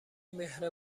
مهر